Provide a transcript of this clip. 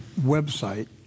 website